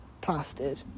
plastered